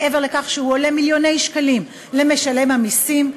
מעבר לכך שהוא עולה מיליוני שקלים למשלם המסים,